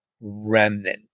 remnant